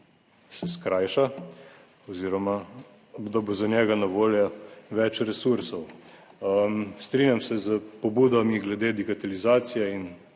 se skrajša oziroma da bo za njega na voljo več resursov. Strinjam se s pobudami glede digitalizacije in